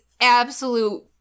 absolute